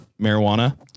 marijuana